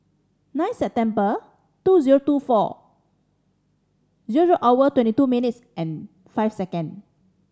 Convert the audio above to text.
nine September two zero two four zero hour twenty two minutes and five second